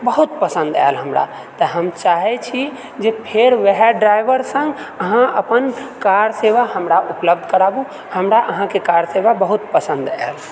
बहुत पसन्द आएल हमरा तऽ हम चाहए छी जे फेर ओएह ड्राइभर सङ्ग अहाँ अपन कार सेवा हमरा उपलब्ध कराबु हमरा अहाँके कार सेवा बहुत पसन्द आएल